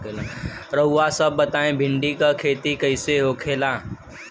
रउआ सभ बताई भिंडी क खेती कईसे होखेला?